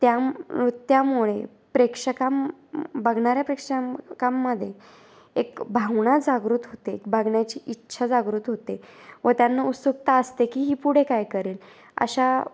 त्याृ त्यामुळे प्रेक्षका म बघणाऱ्या पप्रेक्षकांमध्ये एक भावना जागृत होते बघण्याची इच्छा जागृत होते व त्यांना उत्सुकता असते की ही पुढे काय करेन अशा